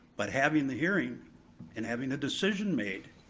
but having the hearing and having the decision made